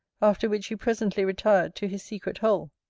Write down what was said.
after which he presently retired to his secret hole.